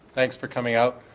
thanks for coming out.